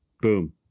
Boom